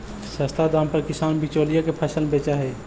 सस्ता दाम पर किसान बिचौलिया के फसल बेचऽ हइ